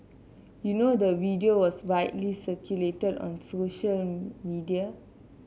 you know the video was widely circulated on social media